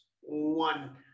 one